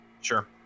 sure